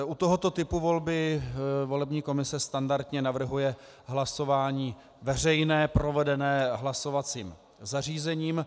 U tohoto typu volby volební komise standardně navrhuje hlasování veřejné provedené hlasovacím zařízením.